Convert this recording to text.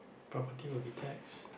property will be tax